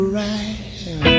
right